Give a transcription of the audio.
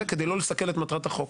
כדי לא לסכל את מטרת החוק.